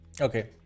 Okay